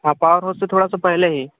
हाँ power house से थोड़ा पहले ही